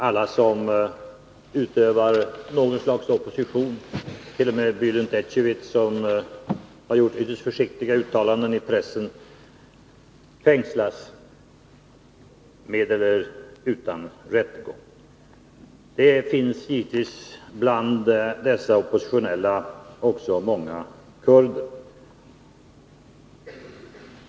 Alla som utövar något slags opposition, t.o.m. Bulent Ecevit som har gjort försiktiga uttalanden i pressen, fängslas med eller utan rättegång. Det finns givetvis bland dessa oppositionella också många kurder.